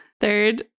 Third